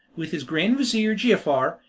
with his grand-vizir giafar,